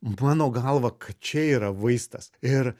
mano galva kad čia yra vaistas ir